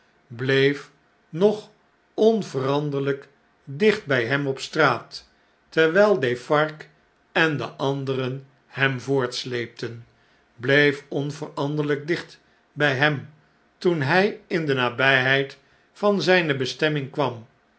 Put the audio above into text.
bleef nog onveranderlflk dicht bij hem in londen en paeijs op straat terwjjl defarge en de anderen hem voortsleepten bleef onveranderljjk dicht bjjhem toen hjj in de nabjjheid van zjjne bestemming kwam